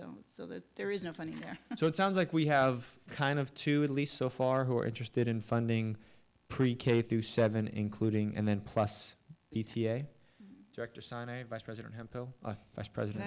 so that there isn't any there so it sounds like we have kind of two at least so far who are interested in funding pre k through seven including and then plus p t a director sign a vice president have a president